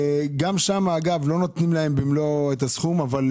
וגם שם לא נותנים להם את מלוא הסכום, אבל,